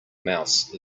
mouse